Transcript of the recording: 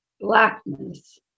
blackness